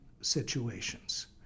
situations